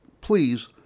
please